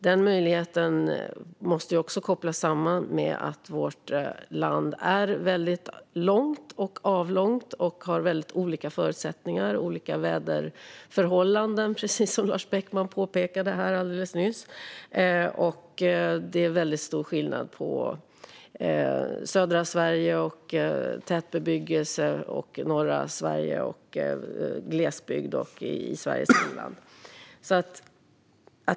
Den möjligheten måste också kopplas samman med att vårt land är väldigt avlångt och har väldigt olika förutsättningar och olika väderförhållanden, precis som Lars Beckman påpekade alldeles nyss. Det är väldigt stor skillnad på södra Sverige, tät bebyggelse, norra Sverige, glesbygd och Sveriges inland.